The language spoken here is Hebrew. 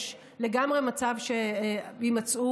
יש לגמרי מצב שיימצאו